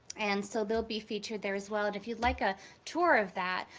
and so they'll be featured there as well. and if you'd like a tour of that,